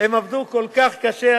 הם עבדו כל כך קשה,